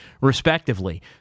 respectively